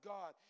God